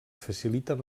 faciliten